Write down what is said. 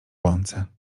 łące